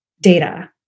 data